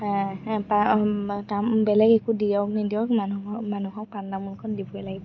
বেলেগ একো দিয়ক নিদিয়ক মানুহ মানুহক পাণ তামোলখন দিবই লাগিব